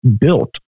built